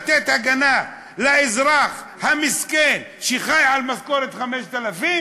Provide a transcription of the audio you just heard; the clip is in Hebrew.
האם החוק הזה בא לתת הגנה לאזרח המסכן שחי על משכורת של 5,000?